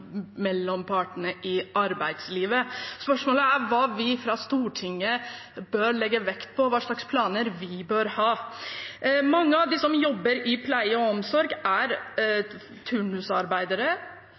mellom partene i arbeidslivet. Spørsmålet er hva vi fra Stortingets side bør legge vekt på, hva slags planer vi bør ha. Mange av dem som jobber innen pleie og omsorg, er